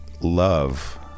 love